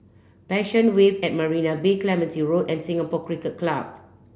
Passion Wave at Marina Bay Clementi Road and Singapore Cricket Club